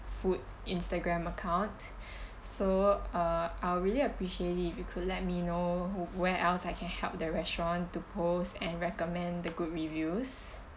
food instagram account so uh I really appreciate it if you could let me know who where else I can help the restaurant to post and recommend the good reviews